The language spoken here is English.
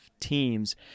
teams